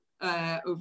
over